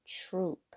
truth